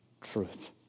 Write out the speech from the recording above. truth